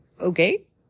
okay